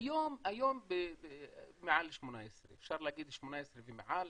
היום מעל 18, אפשר להגיד 18 ומעל.